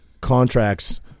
contracts